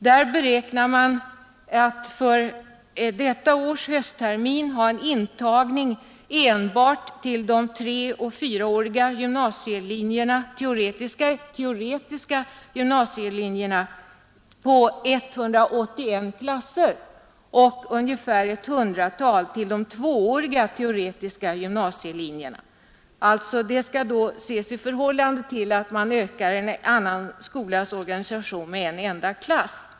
Man beräknar att för detta års hösttermin ha intagning vid enbart de treoch fyraåriga teoretiska gymnasielinjerna till 181 klasser och vid de tvååriga teoretiska gymnasielinjerna till ett hundratal klasser. Det skall ses i förhållande till en ökning av här aktuell skolas organisation med en enda klass.